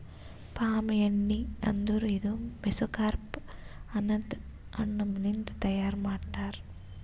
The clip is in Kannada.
ಪಾಮ್ ಎಣ್ಣಿ ಅಂದುರ್ ಇದು ಮೆಸೊಕಾರ್ಪ್ ಅನದ್ ಹಣ್ಣ ಲಿಂತ್ ತೈಯಾರ್ ಮಾಡ್ತಾರ್